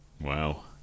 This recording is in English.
Wow